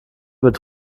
wird